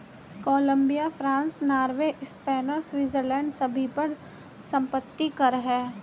Colombia, France, Norway, Spain और Switzerland सभी पर संपत्ति कर हैं